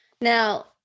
Now